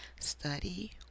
study